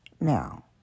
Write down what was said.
Now